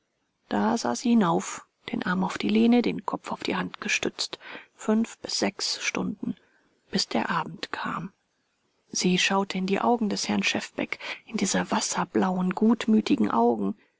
da sah sie hinauf den arm auf die lehne den kopf auf die hand gestützt fünf bis sechs stunden bis der abend kam sie schaute in die augen des herrn schefbeck in diese wasserblauen gutmütigen augen